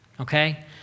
okay